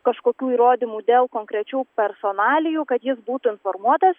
kažkokių įrodymų dėl konkrečių personalijų kad jis būtų informuotas